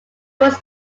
was